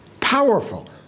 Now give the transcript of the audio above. powerful